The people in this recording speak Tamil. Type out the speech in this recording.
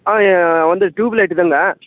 ஆ வந்து ட்யூப் லைட்டு தான்ங்க